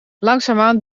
langzaamaan